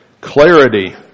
clarity